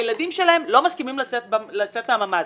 הילדים שלהם לא מסכימים לצאת מהממ"ד.